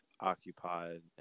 occupied